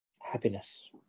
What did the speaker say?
happiness